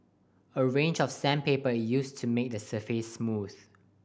a range of sandpaper used to make the surface smooth